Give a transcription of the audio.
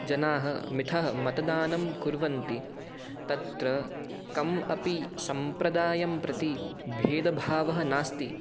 जनाः मिठः मतदानं कुर्वन्ति तत्र कम् अपि सम्प्रदायं प्रति भेदभावः नास्ति